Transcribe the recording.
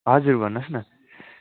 हजुर भन्नुहोस् न